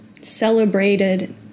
celebrated